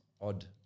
odd